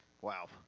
Wow